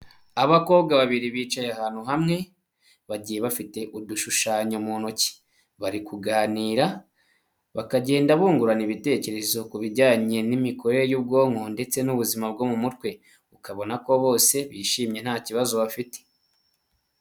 Abakobwa babiri bicaye ahantu hamwe bagiye bafite udushushanyo mu ntoki bari kuganira bakagenda bungurana ibitekerezo ku bijyanye n'imikorere y'ubwonko ndetse n'ubuzima bwo mu mutwe ukabona ko bose bishimye nta kibazo bafite.